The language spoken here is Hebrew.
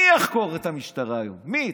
מי יחקור את המשטרה היום, מי?